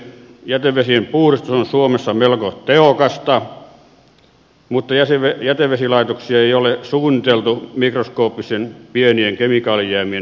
jätevesien puhdistus on suomessa melko tehokasta mutta jätevesilaitoksia ei ole suunniteltu mikroskooppisen pienten kemikaalijäämien poistamiseen